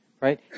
right